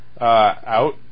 Out